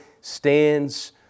stands